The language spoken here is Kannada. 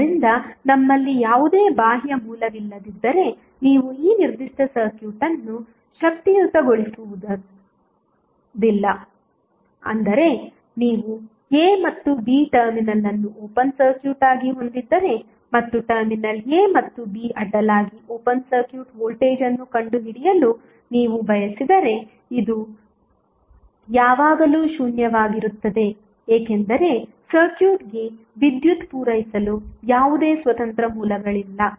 ಆದ್ದರಿಂದ ನಮ್ಮಲ್ಲಿ ಯಾವುದೇ ಬಾಹ್ಯ ಮೂಲವಿಲ್ಲದಿದ್ದರೆ ನೀವು ಈ ನಿರ್ದಿಷ್ಟ ಸರ್ಕ್ಯೂಟ್ ಅನ್ನು ಶಕ್ತಿಯುತಗೊಳಿಸಲಾಗುವುದಿಲ್ಲ ಅಂದರೆ ನೀವು a ಮತ್ತು b ಟರ್ಮಿನಲ್ ಅನ್ನು ಓಪನ್ ಸರ್ಕ್ಯೂಟ್ ಆಗಿ ಹೊಂದಿದ್ದರೆ ಮತ್ತು ಟರ್ಮಿನಲ್ a ಮತ್ತು b ಅಡ್ಡಲಾಗಿ ಓಪನ್ ಸರ್ಕ್ಯೂಟ್ ವೋಲ್ಟೇಜ್ ಅನ್ನು ಕಂಡುಹಿಡಿಯಲು ನೀವು ಬಯಸಿದರೆ ಇದು ಯಾವಾಗಲೂ ಶೂನ್ಯವಾಗಿರುತ್ತದೆ ಏಕೆಂದರೆ ಸರ್ಕ್ಯೂಟ್ಗೆ ವಿದ್ಯುತ್ ಪೂರೈಸಲು ಯಾವುದೇ ಸ್ವತಂತ್ರ ಮೂಲಗಳಿಲ್ಲ